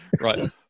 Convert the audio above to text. Right